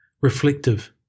reflective